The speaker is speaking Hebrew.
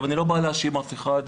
אני לא בא להאשים אף אחד,